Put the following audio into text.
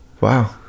Wow